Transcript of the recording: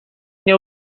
nie